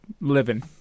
living